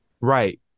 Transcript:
Right